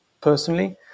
personally